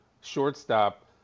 shortstop